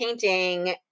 painting